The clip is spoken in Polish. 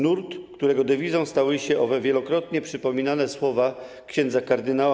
Nurt, którego dewizą stały się owe wielokrotnie przypominane słowa ks. kard.